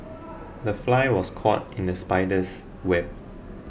the fly was caught in the spider's web